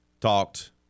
talked